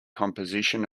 composition